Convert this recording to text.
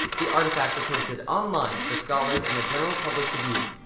the artifacts are posted online for scholars and the general public to view.